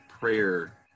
prayer